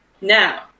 Now